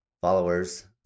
followers